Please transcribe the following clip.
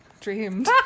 dreams